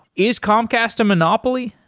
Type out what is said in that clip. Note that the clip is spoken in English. is comcast a monopoly?